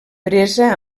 presa